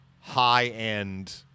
high-end